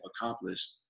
accomplished